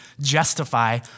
justify